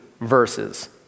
verses